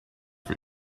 for